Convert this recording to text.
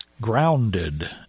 grounded